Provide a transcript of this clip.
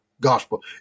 gospel